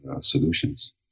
solutions